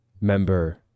member